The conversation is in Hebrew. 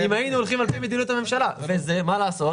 מה קורה